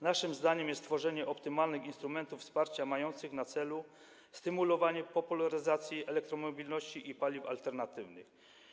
Naszym zadaniem jest tworzenie optymalnych instrumentów wsparcia mających na celu stymulowanie popularyzacji elektromobilności i paliw alternatywnych.